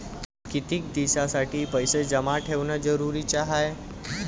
कितीक दिसासाठी पैसे जमा ठेवणं जरुरीच हाय?